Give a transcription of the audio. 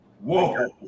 Whoa